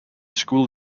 school